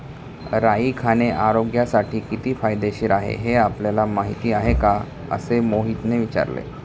राई खाणे आरोग्यासाठी किती फायदेशीर आहे हे आपल्याला माहिती आहे का? असे मोहितने विचारले